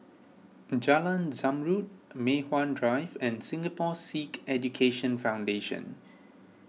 Jalan Zamrud Mei Hwan Drive and Singapore Sikh Education Foundation